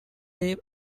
they